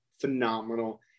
phenomenal